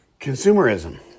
consumerism